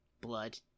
Blood